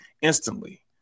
instantly